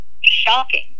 shocking